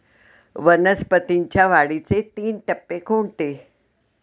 वनस्पतींच्या वाढीचे तीन टप्पे कोणते?